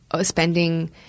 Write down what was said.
spending